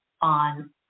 on